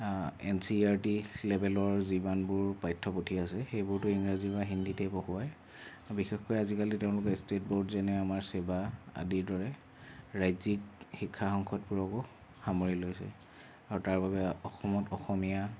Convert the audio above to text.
inch ই আৰটি লেভেলৰ যিমানবোৰ পাঠ্যপুথি আছে সেইবোৰটো ইংৰাজী বা হিন্দীতে পঢ়ুৱাই বিশেষকৈ আজিকালি তেওঁলোকে ষ্টেট বোৰ্ড যেনে আমাৰ চেবা আদিৰ দৰে ৰাজ্যিক শিক্ষা সংসদবোৰকো সামৰি লৈছে আৰু তাৰ বাবে অসমত অসমীয়া